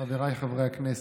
חבריי חברי הכנסת,